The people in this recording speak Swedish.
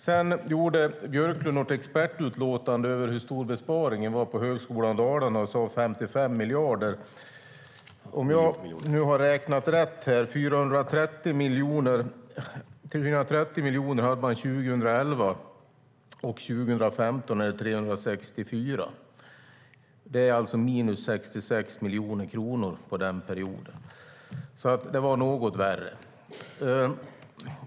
Sedan gjorde Björklund ett expertutlåtande om hur stor besparingen var på Högskolan Dalarna och sade att den var 55 miljoner. Om jag har räknat rätt hade man 430 miljoner 2011 och 2015 blir det 364 miljoner. Det är alltså minus 66 miljoner kronor under den perioden. Det var alltså något värre.